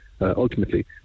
ultimately